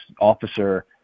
officer